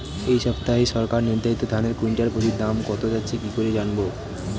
এই সপ্তাহে সরকার নির্ধারিত ধানের কুইন্টাল প্রতি দাম কত যাচ্ছে কি করে জানবো?